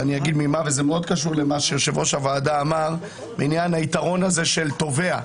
וזה מאוד קשור למה שיושב-ראש הוועדה אמר בעניין היתרון הזה של תובע,